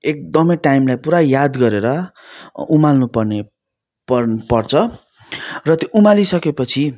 एकदमै टाइमलाई पुरा याद गरेर उमाल्नु पर्ने पर पर्छ र त्यो उमाली सके पछि